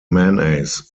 menace